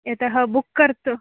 यतः बुक् कर्तुम्